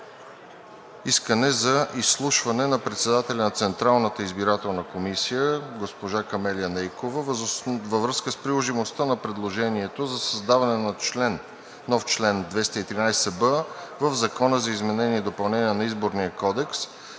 искане за изслушване на председателя на Централната избирателна комисия госпожа Камелия Нейкова във връзка с приложимостта на предложението за създаване на нов член 213б в Закона за изменение и допълнение на Изборния кодекс,